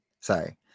Sorry